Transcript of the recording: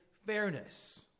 fairness